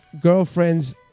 girlfriend's